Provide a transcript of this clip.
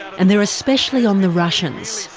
and they're especially on the russians.